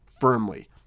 firmly